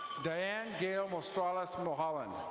diane gayle mostralas mulholland.